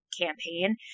campaign